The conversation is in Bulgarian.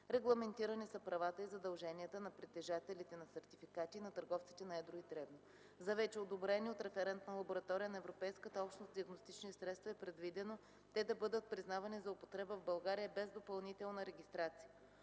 Регламентирани са правата и задълженията на притежателите на сертификати и на търговците на едро и дребно. За вече одобрени от референтна лаборатория на Европейската общност диагностични средства е предвидено те да бъдат признавани за употреба в България без допълнителна регистрация.